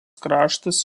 kraštas